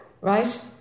Right